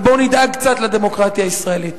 ובואו נדאג קצת לדמוקרטיה הישראלית.